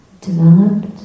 developed